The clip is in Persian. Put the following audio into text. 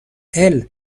السه